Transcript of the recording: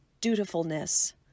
dutifulness